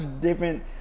different